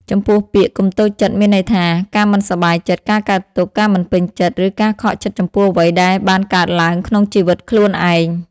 ចំពោះពាក្យ កុំតូចចិត្ត មានន័យថា ការមិនសប្បាយចិត្ត ការកើតទុក្ខ ការមិនពេញចិត្ត ឬការខកចិត្តចំពោះអ្វីដែលបានកើតឡើងក្នុងជីវិតខ្លួនឯង។